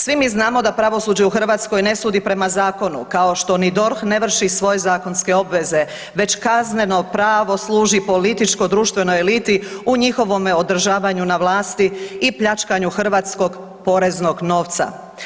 Svi mi znamo da pravosuđe u Hrvatskoj ne sudi prema zakonu kao što ni DORH ne vrši svoje zakonske obveze, već kazneno pravo služi političko društvenoj eliti u njihovome održavanju na vlasti i pljačkanju hrvatskog poreznog novca.